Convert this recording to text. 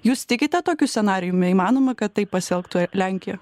jūs tikite tokiu scenarijumi įmanoma kad taip pasielgtų lenkija